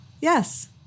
yes